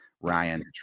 Ryan